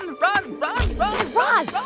and run, run. guy raz,